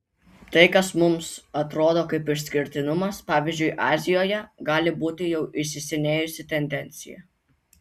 tai kas mums atrodo kaip išskirtinumas pavyzdžiui azijoje gali būti jau įsisenėjusi tendencija